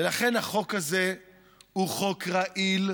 לכן, החוק הזה הוא חוק רעיל,